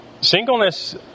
Singleness